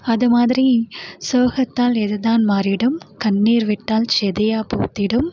அது மாதிரி சோகத்தால் எது தான் மாறிடும் கண்ணீர் விட்டால் செடியா பூத்திடும்